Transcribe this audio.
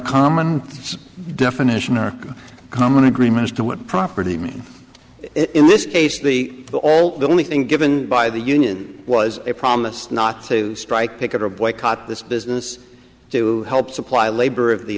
common definition or common agreement as to what property mean in this case the all the only thing given by the union was a promise not to strike picket or a boycott this business to help supply labor of the